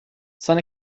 sun